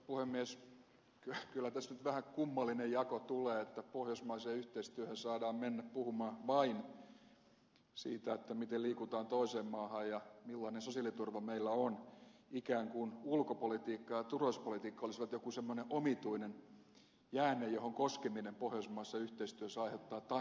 kyllä tässä nyt vähän kummallinen jako tulee että pohjoismaiseen yhteistyöhön saadaan mennä puhumaan vain siitä miten liikutaan toiseen maahan ja millainen sosiaaliturva meillä on ikään kuin ulkopolitiikka ja turvallisuuspolitiikka olisivat jokin semmoinen omituinen jäänne johon koskeminen pohjoismaisessa yhteistyössä aiheuttaa tartunnan